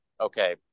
okay